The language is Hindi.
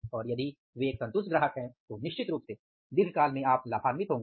और यदि वह एक संतुष्ट ग्राहक है तो निश्चित रूप से दीर्घकाल में आप लाभान्वित होंगे